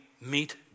meet